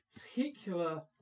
particular